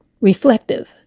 Reflective